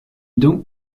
donc